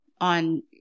on